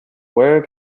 where